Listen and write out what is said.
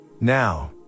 Now